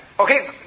Okay